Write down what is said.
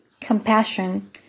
compassion